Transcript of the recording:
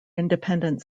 independent